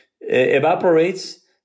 evaporates